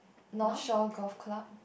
North Shore Golf Club